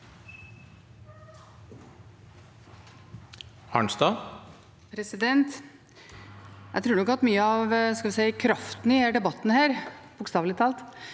Jeg tror nok at mye av kraften i denne debatten, bokstavelig talt,